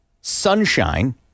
Sunshine